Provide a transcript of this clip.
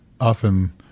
often